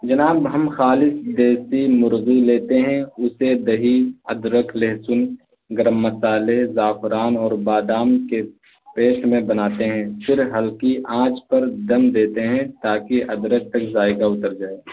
جناب ہم خالص دیسی مرغی لیتے ہیں اسے دہی ادرک لہسن گرم مسالے زعفران اور بادام کے پیسٹ میں بناتے ہیں پھر ہلکی آنچ پر دم دیتے ہیں تاکہ ادرک کا ذائقہ اتر جائے